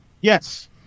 Yes